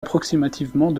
approximativement